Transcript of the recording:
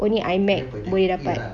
only iMac